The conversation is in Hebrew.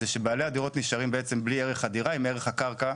בעלי הדירות נשארים בלי ערך הדירה אלא רק עם ערך הקרקע,